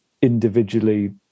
Individually